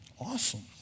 Awesome